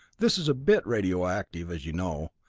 this is a bit radioactive, as you know,